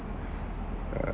err